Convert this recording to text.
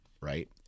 right